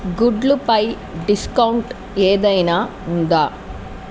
గుడ్లుపై discount ఏదైనా ఉందా